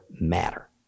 matter